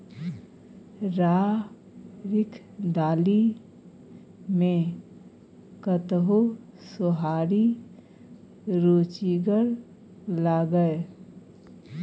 राहरिक दालि मे कतहु सोहारी रुचिगर लागय?